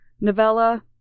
novella